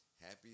happy